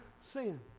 sin